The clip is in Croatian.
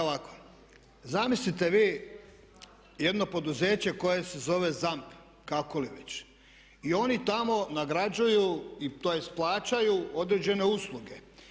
zamislite vi jedno poduzeće koje se zove ZAMP kako li već i oni tamo nagrađuju tj. plaćaju određene usluge,